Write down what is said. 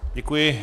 Děkuji.